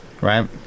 right